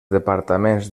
departaments